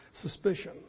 suspicion